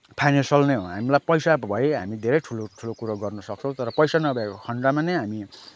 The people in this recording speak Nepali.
फाइनेन्सियल नै हो हामीलाई पैसा भए हामी धेरै ठुलो ठुलो कुरो गर्न सक्छौँ तर पैसा नभएको खन्डमा नै हामी